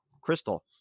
crystal